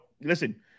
listen